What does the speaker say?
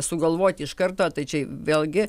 sugalvoti iš karto tai čia vėlgi